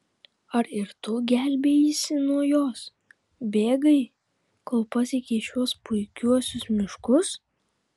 ar ir tu gelbėjaisi nuo jos bėgai kol pasiekei šiuos puikiuosius miškus